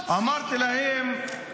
רוצחים מתעללים.